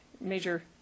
major